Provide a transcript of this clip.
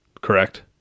correct